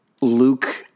Luke